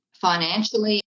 financially